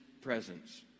presence